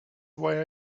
why